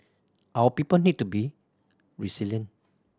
our people need to be resilient